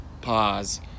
pause